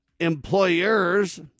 employers